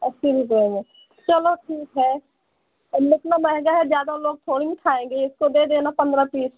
अस्सी रुपये में चलो ठीक है इतना महँगा है ज़्यादा लोग थोड़े ही खाएँगे इसको दे देना पंद्रह पीस